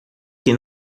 que